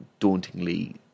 dauntingly